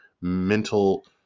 Mental